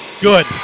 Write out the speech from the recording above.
Good